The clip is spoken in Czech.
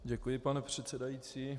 Děkuji, pane předsedající.